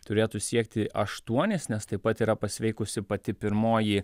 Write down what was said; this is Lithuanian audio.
turėtų siekti aštuonis nes taip pat yra pasveikusi pati pirmoji